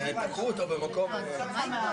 כמובן שבסוף,